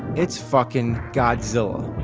it's fuckin' godzilla.